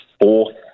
fourth